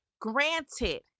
granted